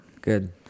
good